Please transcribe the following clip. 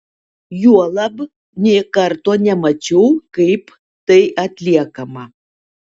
juolab nė karto nemačiau kaip tai atliekama